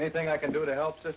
anything i can do to help to